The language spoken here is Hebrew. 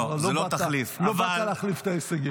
לא באת להחליף את ההישגים.